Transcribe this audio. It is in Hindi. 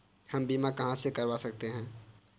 हम बीमा कहां से करवा सकते हैं?